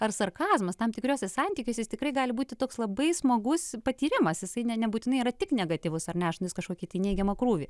ar sarkazmas tam tikruosius santykius jis tikrai gali būti toks labai smagus patyrimas jisai ne nebūtinai yra tik negatyvus ar nešinas kažkuo kiti neigiamą krūvį